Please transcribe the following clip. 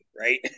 right